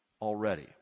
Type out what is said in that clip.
already